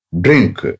drink